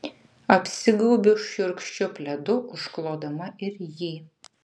apsigaubiu šiurkščiu pledu užklodama ir jį